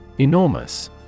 Enormous